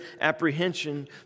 apprehension